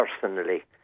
personally